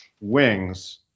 wings